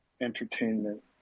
entertainment